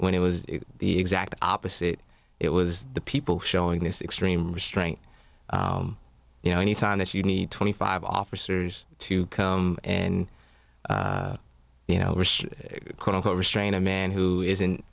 when it was the exact opposite it was the people showing this extreme restraint you know anytime that you need twenty five officers to come and you know quote unquote restrain a man who is in